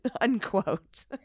Unquote